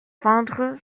vendre